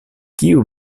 kiu